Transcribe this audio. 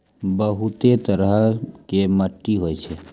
बहुतै तरह के मट्टी होय छै